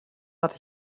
hatte